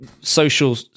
social